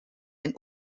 ein